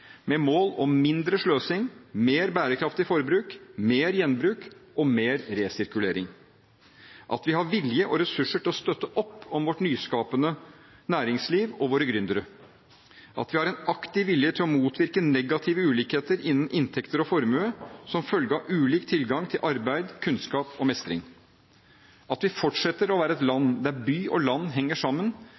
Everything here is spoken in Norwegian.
med mål om mindre sløsing, mer bærekraftig forbruk, mer gjenbruk og mer resirkulering at vi har vilje og ressurser til å støtte opp om vårt nyskapende næringsliv og våre gründere at vi har en aktiv vilje til å motvirke negative ulikheter innen inntekter og formue som følge av ulik tilgang til arbeid, kunnskap og mestring at vi fortsetter å være et land der by og land henger sammen,